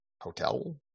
hotel